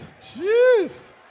Jeez